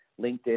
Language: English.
LinkedIn